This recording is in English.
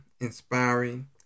inspiring